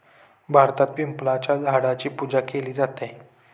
भारतात पिंपळाच्या झाडाची पूजा केली जाते